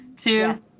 two